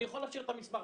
אני יכול להשאיר המסמך.